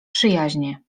przyjaźnie